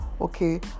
okay